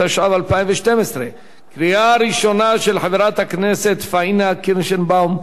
של חברת הכנסת פאינה קירשנבאום וקבוצת חברי הכנסת,